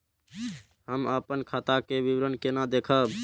हम अपन खाता के विवरण केना देखब?